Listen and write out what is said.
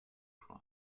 cry